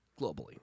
Globally